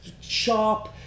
sharp